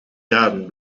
graden